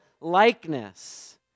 likeness